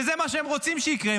וזה מה שהם רוצים שיקרה.